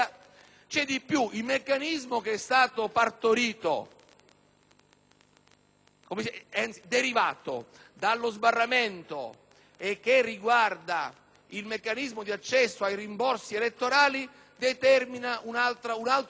derivato dallo sbarramento e che riguarda l'accesso ai rimborsi elettorali determina un altro *vulnus* alla democrazia del nostro Paese. Infatti, non lo condivido,